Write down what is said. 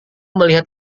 melihat